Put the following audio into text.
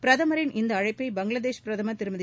பிரதமரின் இந்த அழைப்பை பங்களாதேஷ் பிரதமர் திருமதி